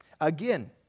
Again